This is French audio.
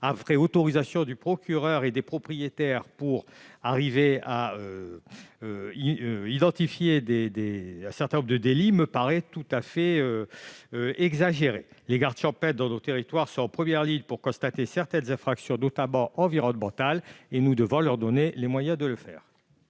après autorisation du procureur et des propriétaires pour arriver à identifier des auteurs de délits, me paraît tout à fait exagérée. Les gardes champêtres sont en première ligne dans nos territoires pour constater certaines infractions, notamment environnementales. Nous devons leur donner les moyens de le faire